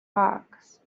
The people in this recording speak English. hawks